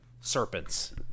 Serpents